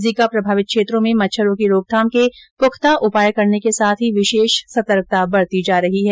Zika प्रभावित क्षेत्रों में मच्छरों की रोकथाम के पूख्ता उपाय करने के साथ विशेष सतर्कता बरती जा रही है